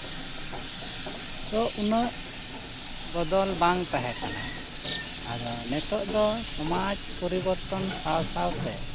ᱫᱚ ᱩᱱᱟᱹᱜ ᱵᱚᱫᱚᱞ ᱵᱟᱝ ᱛᱟᱦᱮᱸ ᱠᱟᱱᱟ ᱟᱫᱚ ᱱᱤᱛᱚᱜ ᱫᱚ ᱥᱚᱢᱟᱡ ᱯᱚᱨᱤᱵᱚᱨᱛᱚᱱ ᱥᱟᱶ ᱥᱟᱶᱛᱮ